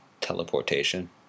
teleportation